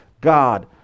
God